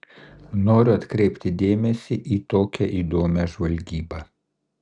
noriu atkreipti dėmesį į tokią įdomią žvalgybą